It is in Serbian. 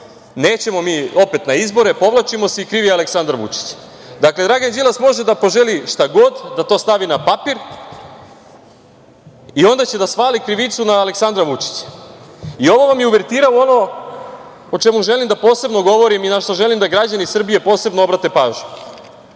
nećemo mi opet na izbore, povlačimo se i kriv je Aleksandar Vučić. Dakle, Dragan Đilas može da poželi šta god, da to stavi na papir i onda će da svali krivicu na Aleksandra Vučića. Ovo vam je uvertira u ono o čemu želim da posebno govorim i na šta želim da građani Srbije posebno obrate pažnju.